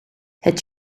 het